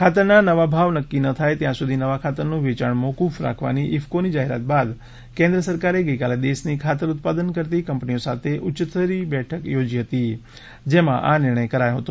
ખાતરના નવા ભાવ નક્કી ન થાય ત્યાં સુધી નવા ખાતરનું વેચાણ મોફક રાખવાની ઇફકોની જાહેરાત બાદ કેન્દ્ર સરકારે ગઇકાલે દેશની ખાતર ઉત્પાદન કરતી કંપનીઓ સાથે ઉચ્ય સ્તરીય બેઠક યોજી હતી જેમાં આ નિર્ણય કરાયો હતો